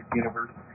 universe